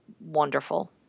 wonderful